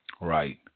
right